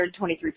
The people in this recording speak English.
123%